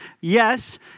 yes